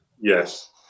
Yes